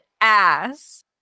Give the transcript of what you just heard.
ass